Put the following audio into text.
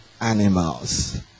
animals